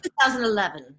2011